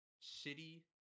city